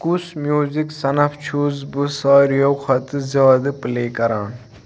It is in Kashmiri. کُس میوٗزِک صنف چھُس بہٕ ساروٕیو کھۄتہٕ زیادٕ پٕلے کران